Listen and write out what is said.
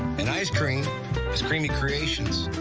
and ice cream is creamy creations.